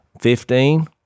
Fifteen